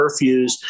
curfews